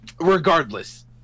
regardless